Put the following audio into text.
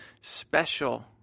special